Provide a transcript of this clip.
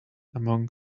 among